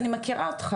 אני מכירה אותך,